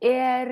ir